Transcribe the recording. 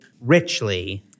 richly